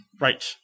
Right